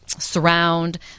surround